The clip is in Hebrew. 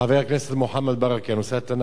חבר הכנסת מוחמד ברכה, נושא התנ"ך.